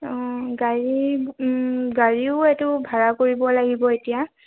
অঁ গাড়ী গাড়ীও এইটো ভাড়া কৰিব লাগিব এতিয়া